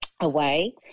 away